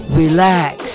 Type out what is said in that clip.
relax